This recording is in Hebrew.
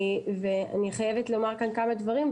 ואני חייבת לומר כאן כמה דברים.